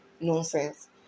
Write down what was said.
nonsense